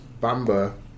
Bamba